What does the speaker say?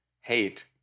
hate